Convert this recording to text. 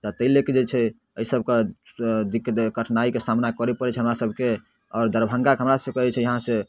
तऽ तै लए कऽ जे छै अइ सभ लअ कऽ दिक्क कठिनाइके सामना करऽ पड़ै छै हमरा सभके आओर दरभंगाके हमरा सभके जे छै इहाँसँ